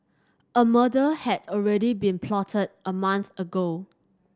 a murder had already been plotted a month ago